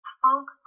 folk